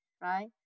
Right